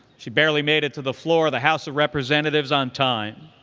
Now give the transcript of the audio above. she barely made it to the floor of the house of representatives on time.